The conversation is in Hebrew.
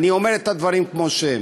אני אומר את הדברים כמו שהם.